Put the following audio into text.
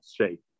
shape